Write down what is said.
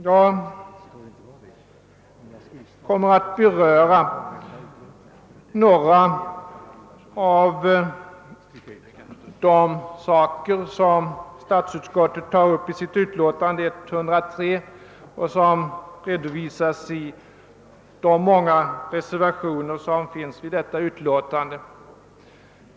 Jag kommer att beröra några av de frågor som utskottet tar upp i sitt utlåtande 103 och som även tas upp i de många reservationer som finns vid detta utlåtande.